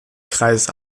kreis